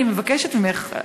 אני מבקשת ממך,